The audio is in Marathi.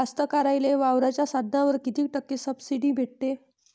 कास्तकाराइले वावराच्या साधनावर कीती टक्के सब्सिडी भेटते?